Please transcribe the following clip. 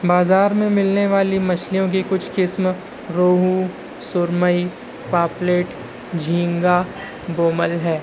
بازار میں ملنے والی مچھلیوں کی کچھ قسم روہو سرمئی پاپلیٹ جھینگا بومل ہے